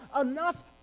enough